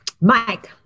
Mike